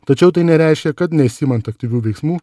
tačiau tai nereiškia kad nesiimant aktyvių veiksmų